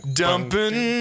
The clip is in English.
dumping